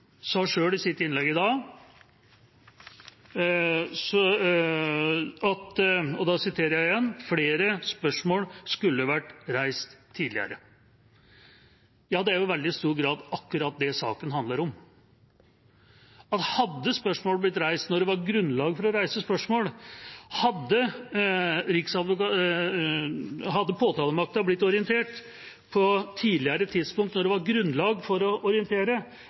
sa selv i sitt innlegg i dag at «flere spørsmål burde ha vært reist tidligere». Det er jo i veldig stor grad akkurat det saken handler om. Hadde spørsmålet vært reist da det var grunnlag for å reise spørsmål, hadde påtalemakten blitt orientert på et tidligere tidspunkt da det var grunnlag for å orientere,